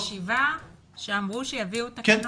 זאת ישיבה שאמרו שיביאו תקנות.